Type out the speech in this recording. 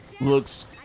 looks